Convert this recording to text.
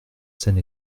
scène